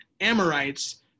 Amorites